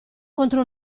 contro